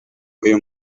uyu